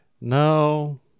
no